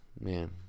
Man